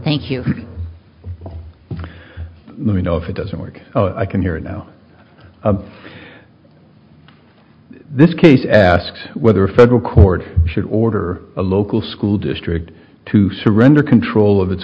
thank you let me know if it doesn't work i can hear it now this case asks whether a federal court should order a local school district to surrender control of it